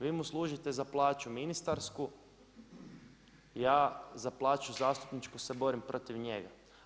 Vi mu služite za plaću ministarstvu, ja za plaću zastupničku se borim protiv njega.